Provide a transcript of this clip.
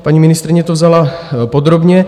Paní ministryně to vzala podrobně.